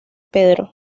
pedro